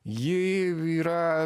ji yra